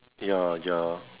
ya ya